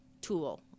tool